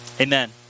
Amen